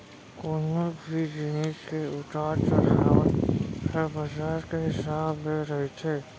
कोनो भी जिनिस के उतार चड़हाव ह बजार के हिसाब ले रहिथे